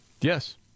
Yes